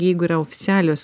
jeigu yra oficialios